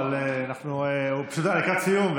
אבל אנחנו פשוט לקראת סיום,